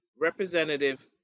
Representative